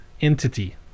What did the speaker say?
entity